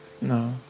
No